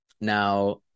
now